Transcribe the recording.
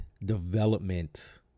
development